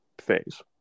phase